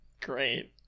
Great